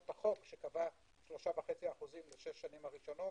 את החוק שקבע 3.5% לשש השנים הראשונות.